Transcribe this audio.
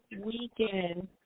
weekend